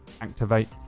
activate